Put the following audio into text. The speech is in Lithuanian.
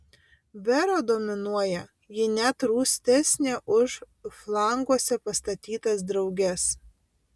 vera dominuoja ji net rūstesnė už flanguose pastatytas drauges